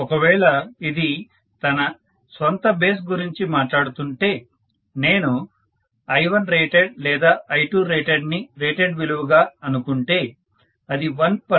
ఒక వేళ ఇది తన స్వంత బేస్ గురించి మాట్లాడుతుంటే నేను I1rated లేదా I2rated ని రేటెడ్ విలువ గా అనుకుంటుంటే అది 1 p